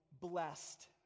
blessed